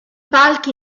palchi